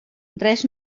res